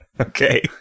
Okay